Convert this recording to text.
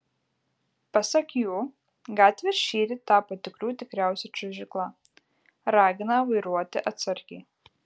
pasak jų gatvės šįryt tapo tikrų tikriausia čiuožykla ragina vairuoti atsargiai